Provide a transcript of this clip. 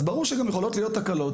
אז ברור שגם יכולות להיות תקלות,